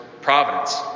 providence